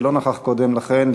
שלא נכח קודם לכן,